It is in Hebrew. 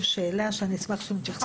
שאלה שאני אשמח שהם יתייחסו אליה.